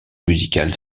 musical